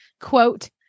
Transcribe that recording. Quote